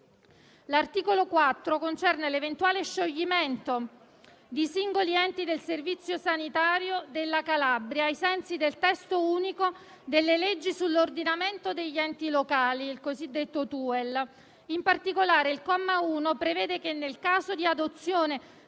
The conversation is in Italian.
L'articolo 4 concerne l'eventuale scioglimento di singoli enti del Servizio sanitario della Calabria ai sensi del testo unico delle leggi sull'ordinamento degli enti locali, il cosiddetto TUEL. In particolare, il comma 1 prevede che nel caso di adozione